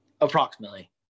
approximately